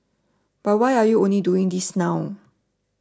but why are you only doing this now